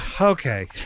Okay